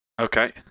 Okay